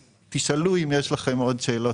תשאלו, אם יש לכם עוד שאלות.